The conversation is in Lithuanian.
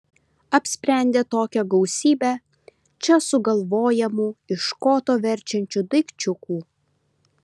apsprendė tokią gausybę čia sugalvojamų iš koto verčiančių daikčiukų